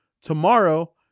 tomorrow